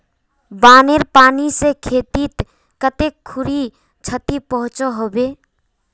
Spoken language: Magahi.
बानेर पानी से खेतीत कते खुरी क्षति पहुँचो होबे?